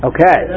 Okay